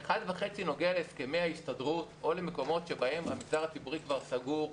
ה-1.5% נוגע להסכמי ההסתדרות או למקומות שבהם המגזר הציבורי כבר סגור,